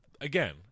again